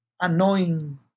annoying